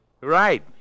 Right